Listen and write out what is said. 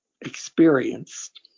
experienced